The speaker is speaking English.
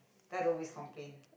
I don't always complain